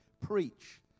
preach